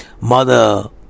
Mother